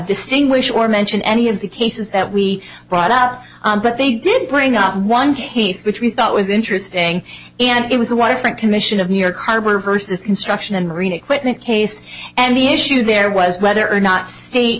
distinguish or mention any of the cases that we brought up but they did bring up one case which we thought was interesting and it was the waterfront commission of new york harbor versus construction and marine equipment case and the issue there was whether or not state